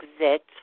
exit